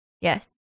Yes